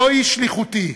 זוהי שליחותי.